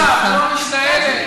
לא צרודה, לא משתעלת.